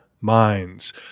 minds